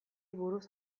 buruz